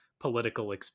Political